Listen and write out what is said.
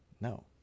No